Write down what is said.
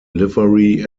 livery